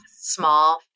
small